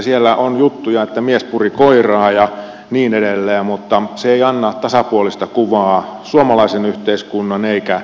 siellä on juttuja että mies puri koiraa ja niin edelleen mutta se ei anna tasapuolista kuvaa suomalaisen yhteiskunnan eikä maailman menosta